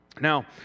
Now